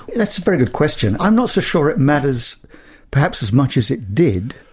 that's a very good question. i'm not so sure it matters perhaps as much as it did.